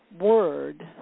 word